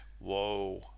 whoa